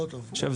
עכשיו,